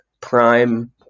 prime